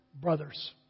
brothers